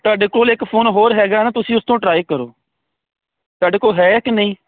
ਤੁਹਾਡੇ ਕੋਲ ਇੱਕ ਫੋਨ ਹੋਰ ਹੈਗਾ ਨਾ ਤੁਸੀਂ ਉਸ ਤੋਂ ਟਰਾਈ ਕਰੋ ਤੁਹਾਡੇ ਕੋਲ ਹੈ ਕਿ ਨਹੀਂ